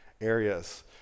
areas